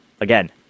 again